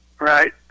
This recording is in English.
right